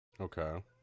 Okay